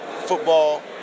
football